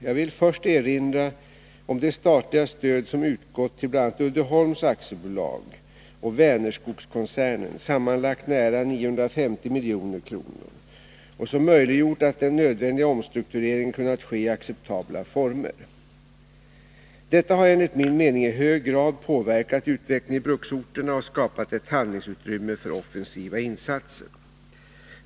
Jag vill först erinra om det statliga stöd som utgått till bl.a. Uddeholms AB och Vänerskogskoncernen — sammanlagt nära 950 milj.kr. — och som möjliggjort att den nödvändiga omstruktureringen kunnat ske i acceptabla former. Detta har enligt min mening i hög grad påverkat utvecklingen i bruksorterna och skapat ett handlingsutrymme för offensiva insatser.